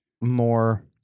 more